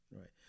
right